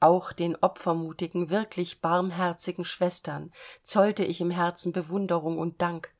auch den opfermutigen wirklich barmherzigen schwestern zollte ich im herzen bewunderung und dank